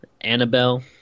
annabelle